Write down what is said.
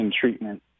treatment